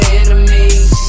enemies